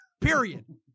Period